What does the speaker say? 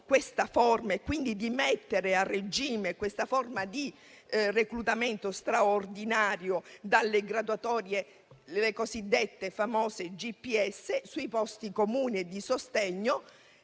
prevedere e quindi a mettere a regime questa forma di reclutamento straordinario dalle cosiddette famose GPS sui posti comuni e di sostegno,